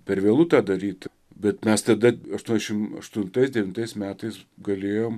per vėlu tą daryt bet mes tada aštuoniasdešimt aštuntais devintais metais galėjom